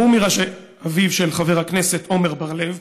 אביו של חבר הכנסת עמר בר-לב,